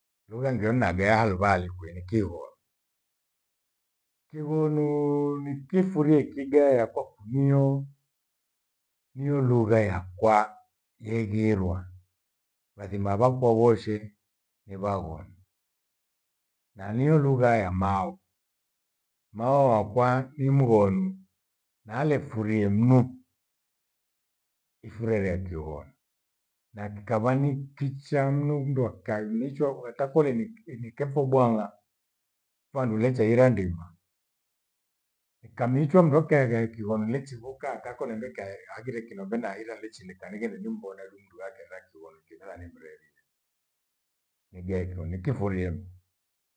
Lugha ngeo na ghea ha luva hali ni kwi ni kighonu. Kighonu nikifurie ikigaya kwakuniyo niyo lugha yakwa yegherwa. Wathima vakwa voshe ni vaghonu na nio lugha ya mau. Mama wakwa ni mghonu nare furie mnu ifurere kighonu na kikava ni kicha mno mndu akamilechwa kata kole nikepho bwang'a kwandulecha ile ndima. Nikamiichwa mndu akaya Kighonu nichivoka ata kwene ndekia aghire kinovena haira nichinika nighende nimbone du- du mndu aghenda kighonu nikimvona nimrerie nigaye kighonu nikifurie mno.